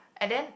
and then